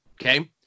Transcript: okay